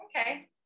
okay